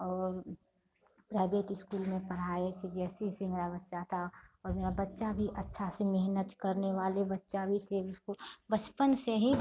और private school में पढ़ाए सी बी एस सी से मेरा बच्चा था और मेरा बच्चा भी अच्छा से मेहनत करने वाला बच्चा भी था स्कूल बचपन से ही